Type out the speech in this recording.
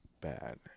bad